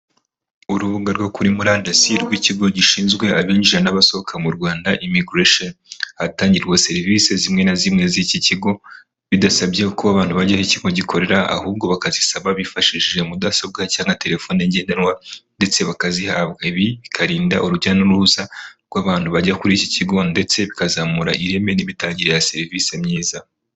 Urubuga rwo kuri murandasi rw'ikigo gishinzwe abinjira n'abasohoka mu Rwanda imigiresheni, ahatangirwa serivisi zimwe na zimwe z'iki kigo bidasabye ko abantu bajya aho ikigo gikorera ahubwo bakazisaba bifashishije mudasobwa cyangwa na telefone ngendanwa ndetse bakazihabwa, ibi bikarinda urujya n'uruza rw'abantu bajya kuri iki kigo ndetse bikazamura ireme n'imitangire ya serivise myiza.